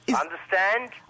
Understand